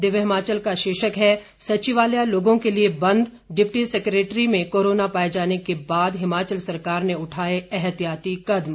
दिव्य हिमाचल का शीर्षक है सचिवालय लोगों के लिए बंद डिप्टी सेक्रेटरी में कोरोना पाए जाने के बाद हिमाचल सरकार ने उठाए एहतियाती कदम